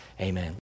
amen